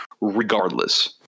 regardless